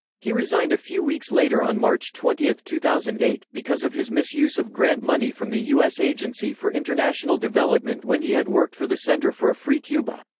he resigned a few weeks later on march twenty, two thousand and eight, because of his misuse of grant money from the u s. agency for international development when he had worked for the center for a free cuba.